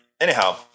Anyhow